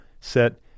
set